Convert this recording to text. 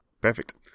Perfect